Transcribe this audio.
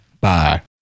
bye